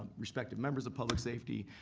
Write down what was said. respective members of public safety,